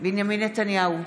בנימין נתניהו,